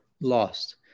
lost